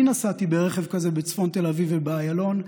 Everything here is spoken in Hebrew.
אני נסעתי ברכב כזה בצפון תל אביב ובאיילון.